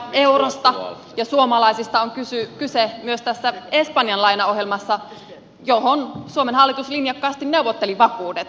eurosta ja suomalaisista on kyse myös tässä espanjan lainaohjelmassa johon suomen hallitus linjakkaasti neuvotteli vakuudet